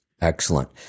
Excellent